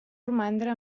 romandre